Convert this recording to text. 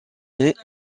naît